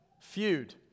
Feud